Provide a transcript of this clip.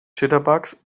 jitterbugs